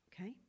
okay